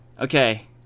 Okay